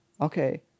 okay